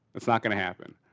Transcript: it's not going to happen.